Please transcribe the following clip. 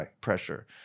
pressure